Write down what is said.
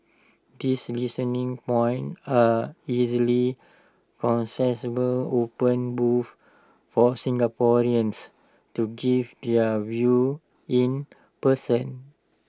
these listening points are easily accessible open booths for Singaporeans to give their view in person